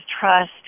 trust